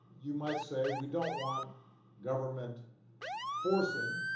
you might say, we don't want government forcing